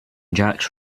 jack’s